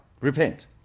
Repent